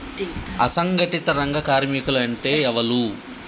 అసంఘటిత రంగ కార్మికులు అంటే ఎవలూ?